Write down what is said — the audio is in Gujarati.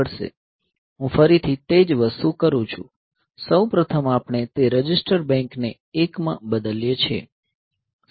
હું ફરીથી તે જ વસ્તુ કરું છું સૌ પ્રથમ આપણે તે રજીસ્ટર બેંકને 1 માં બદલીએ છીએ